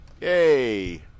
Yay